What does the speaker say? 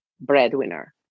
breadwinner